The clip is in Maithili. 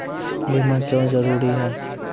बीमा क्यों जरूरी हैं?